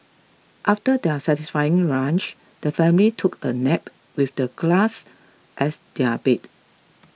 after their satisfying lunch the family took a nap with the glass as their bed